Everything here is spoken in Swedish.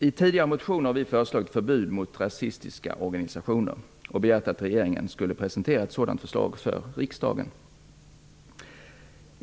I tidigare motioner har vi föreslagit förbud mot rasistiska organisationer och begärt att regeringen ska presentera ett sådant förslag för riksdagen.